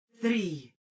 three